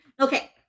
Okay